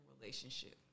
relationship